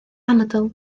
anadl